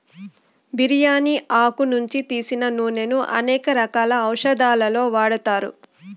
బిర్యాని ఆకు నుంచి తీసిన నూనెను అనేక రకాల ఔషదాలలో వాడతారు